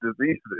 diseases